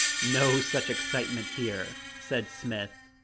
no such excitement here, said smith.